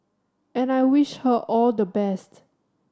and I wish her all the best